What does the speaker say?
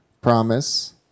Promise